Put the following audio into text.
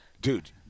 dude